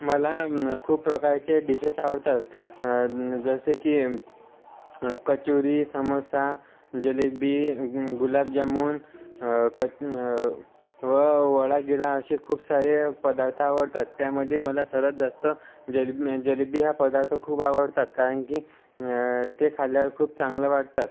मला ना खूप प्रकारच्या डिशेस आवडतात जसे की कचोरी समोसा जलेबी गुलाब जामून कच व वडा गिडा असे खूप सारे पदार्थ आवडतात त्यामध्ये मला सर्वात जास्त जिलेबी जलेबी हा पदार्थ खूप आवडतात कारण की ते खाल्ल्यावर खूप चांगलं वाटतात